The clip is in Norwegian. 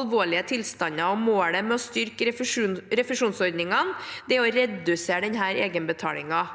alvorlige tilstander. Målet med å styrke refusjonsordningene er å redusere denne egenbetalingen.